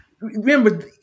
remember